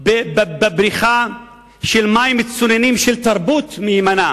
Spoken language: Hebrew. בבריכה של מים צוננים של תרבות מהימנה.